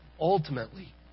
ultimately